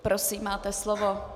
Prosím, máte slovo.